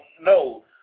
no